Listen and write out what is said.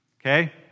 okay